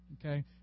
okay